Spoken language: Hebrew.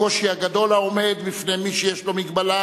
הקושי הגדול העומד בפני מי שיש לו מגבלה